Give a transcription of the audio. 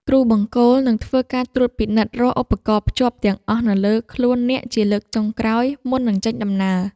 គ្រូបង្គោលនឹងធ្វើការត្រួតពិនិត្យរាល់ឧបករណ៍ភ្ជាប់ទាំងអស់នៅលើខ្លួនអ្នកជាលើកចុងក្រោយមុននឹងចេញដំណើរ។